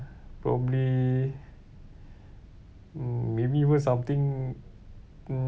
probably mm maybe even something mm